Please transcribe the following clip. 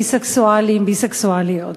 ביסקסואלים וביסקסואליות.